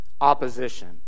opposition